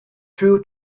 two